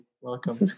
Welcome